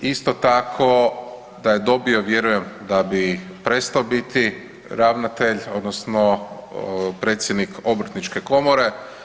Isto tako da je dobio vjerujem da bi prestao biti ravnatelj odnosno predsjednik obrtničke komore.